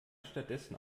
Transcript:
stattdessen